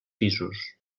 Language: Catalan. pisos